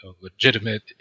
legitimate